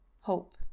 hope